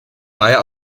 daher